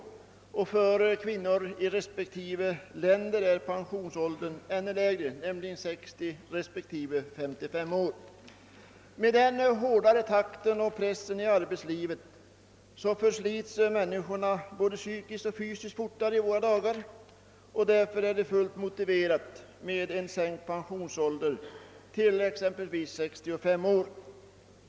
För kvinnor i dessa länder är pensionsåldern ännu lägre, nämligen 60 respektive 55 år. Med den hårdare takten och pressen i arbetslivet förslits människorna både psykiskt och fysiskt fortare i våra dagar än förr. Därför är det motiverat att sänka pensionsåldern till exempelvis 65 år.